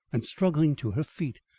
and struggling to her feet,